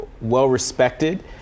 well-respected